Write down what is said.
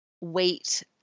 weight